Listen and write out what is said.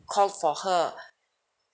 called for her